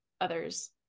others